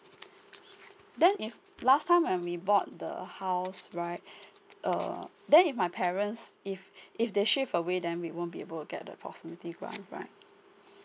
then if last time when we bought the house right uh then if my parents if if they shift away then we won't be able to get the proximity grant right